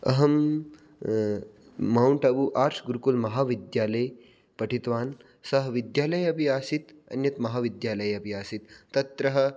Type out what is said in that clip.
अहं मौण्ट् आबू आर्षगुरुकुलमहाविद्यालये पठितवान् सः विद्यालयः अपि आसीत् अन्यत् महाविद्यालयः अपि आसीत् तत्र